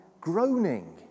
groaning